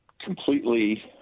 completely